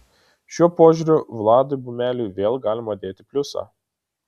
šiuo požiūriu vladui bumeliui vėl galima dėti pliusą